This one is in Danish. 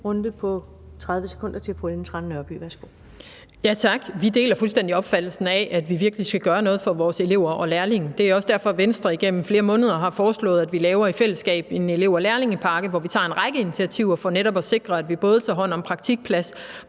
runde på 30 sekunder til fru Ellen Trane Nørby. Værsgo. Kl. 16:32 Ellen Trane Nørby (V): Tak. Vi deler fuldstændig opfattelsen af, at vi virkelig skal gøre noget for vores elever og lærlinge. Det er også derfor, at Venstre igennem flere måneder har foreslået, at vi i fællesskab laver en elev- og lærlingepakke, hvor vi tager en række initiativer for netop at sikre, at vi både tager hånd om praktikpladsproblemerne,